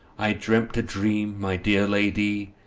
i dreamt a dream, my dear ladye,